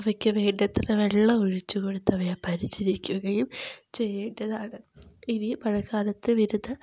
അവയ്ക്ക് വേണ്ടത്ര വെള്ളം ഒഴിച്ചു കൊടുത്ത് അവയെ പരിചരിക്കുകയും ചെയ്യേണ്ടതാണ് മഴക്കാലത്ത് വരുന്ന